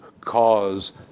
cause